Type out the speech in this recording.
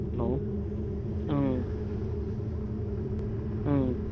hello uh um